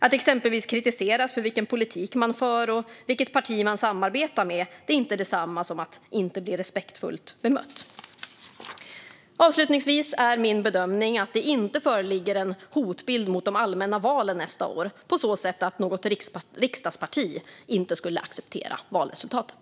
Att exempelvis kritiseras för vilken politik man för och vilket parti man samarbetar med är inte detsamma som att inte bli respektfullt bemött. Avslutningsvis är min bedömning att det inte föreligger en hotbild mot de allmänna valen nästa år på så sätt att något riksdagsparti inte skulle acceptera valresultatet.